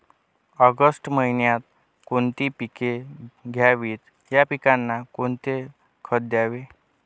August महिन्यात कोणती पिके घ्यावीत? या पिकांना कोणते खत द्यावे?